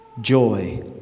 joy